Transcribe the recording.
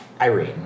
Irene